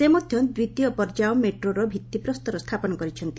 ସେ ମଧ୍ୟ ଦ୍ୱିତୀୟ ପର୍ଯ୍ୟାୟ ମେଟ୍ରୋର ଭିଭିପ୍ରସ୍ତର ସ୍ଥାପନ କରିଛନ୍ତି